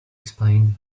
explained